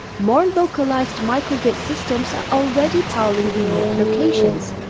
more localised microgrid systems are already powering remote locations,